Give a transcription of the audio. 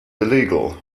illegal